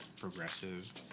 progressive